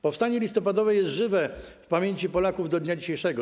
Powstanie listopadowe jest żywe w pamięci Polaków do dnia dzisiejszego.